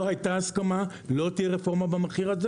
לא הייתה הסכמה, לא תהיה רפורמה במחיר הזה